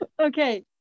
Okay